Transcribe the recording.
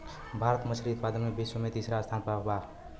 भारत मछली उतपादन में विश्व में तिसरा स्थान पर बा